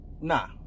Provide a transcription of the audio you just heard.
Nah